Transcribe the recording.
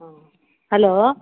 ಹಾಂ ಹಲೋ